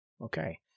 Okay